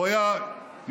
הוא היה יושב-ראש,